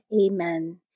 Amen